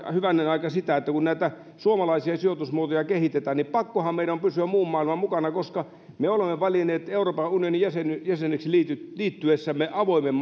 hyvänen aika nyt kun näitä suomalaisia sijoitusmuotoja kehitetään on pysyä muun maailman mukana koska me olemme valinneet euroopan unionin jäseneksi liittyessämme liittyessämme avoimen